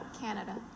Canada